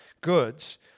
goods